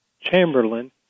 Chamberlain